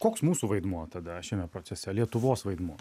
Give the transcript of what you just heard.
koks mūsų vaidmuo tada šiame procese lietuvos vaidmuo